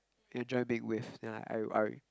enjoy being with then like I~ I~